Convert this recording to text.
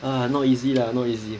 ah not easy lah not easy